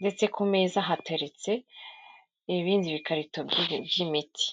ndetse ku meza hateretse ibindi bikarito by'imiti.